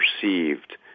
perceived